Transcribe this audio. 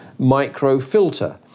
microfilter